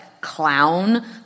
clown